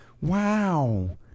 Wow